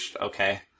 Okay